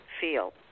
feel